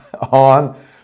on